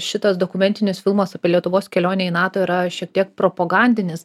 šitas dokumentinis filmas apie lietuvos kelionę į nato yra šiek tiek propagandinis